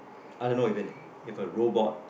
I don't know if an if a robot